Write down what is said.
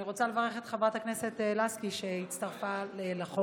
אני רוצה לברך את חברת הכנסת לסקי, שהצטרפה לחוק.